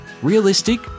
Realistic